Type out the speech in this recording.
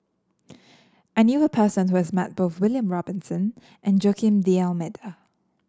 I knew a person who has met both William Robinson and Joaquim D'Almeida